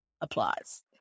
applause